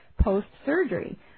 post-surgery